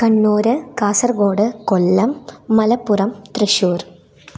Kannur Kasaragod Kollam Malappuram Thrissur